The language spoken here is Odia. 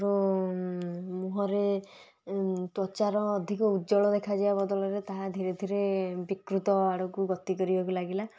ମୋର ମୁହଁରେ ତ୍ୱଚାର ଅଧିକ ଉଜ୍ୱଳ ଦେଖାଯିବା ବଦଳରେ ତାହା ଧୀରେ ଧୀରେ ବିକୃତ ଆଡ଼କୁ ଗତି କରିବାକୁ ଲାଗିଲା